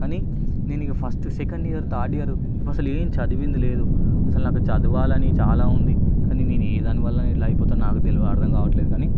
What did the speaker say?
కానీ నేను ఇక first second year third year అసలేం చదివింది లేదు అసలు నాకు చదవాలని చాలా ఉంది కానీ ఏ దాని వల్ల ఇలా అయిపోతున్నానో నాకు తెలవ ఇట్లా అర్థం కావడంలేదు కానీ